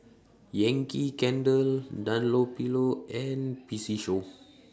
Yankee Candle Dunlopillo and P C Show